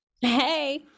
Hey